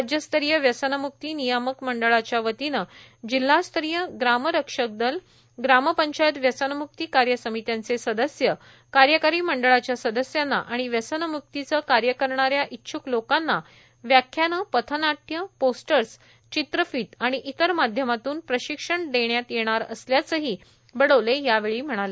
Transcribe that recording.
राज्यस्तरीय व्यसनमुक्ती नियामक मंडळाच्यावतीनं जिल्हास्तरीय ग्राम रक्षक दल ग्रामपंचायत व्यसनम्क्ती कार्यसमित्यांचे सदस्य कार्यकारी मंडळाच्या सदस्यांना आणि व्यसनम्क्तीचे कार्य करणाऱ्या इच्छुक लोकांना व्याख्याने पथनाट्य पोस्टर्स चित्रफीत आणि इतर माध्यमातून प्रशिक्षण देण्यात येणार असल्याचं ही बडोले यावेळी म्हणाले